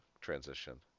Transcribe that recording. transition